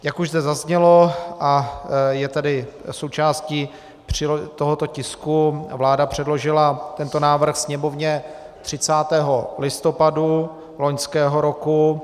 Jak už zde zaznělo a je tedy součástí tohoto tisku, vláda předložila tento návrh Sněmovně 30. listopadu loňského roku.